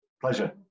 Pleasure